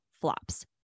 flops